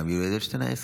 גם יולי אדלשטיין היה,